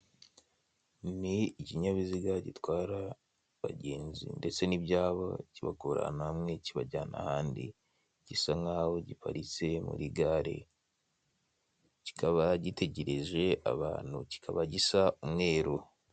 Ni ikinyabiziga gitwara abagenzi ndetse n'ibyabo kibakura ahantu hamwe kibajyana ahandi, gisa nk'aho giparitse muri gare kikaba gitegereje abantu, kikaba gisa umweru.